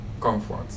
comfort